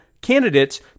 candidates